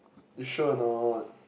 you sure or not